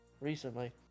recently